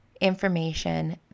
information